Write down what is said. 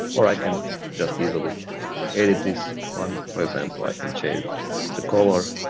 or i can just easily edit this one, for example, i can change the color,